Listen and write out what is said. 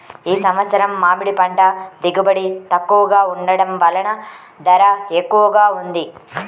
ఈ సంవత్సరం మామిడి పంట దిగుబడి తక్కువగా ఉండటం వలన ధర ఎక్కువగా ఉంది